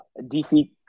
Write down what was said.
DC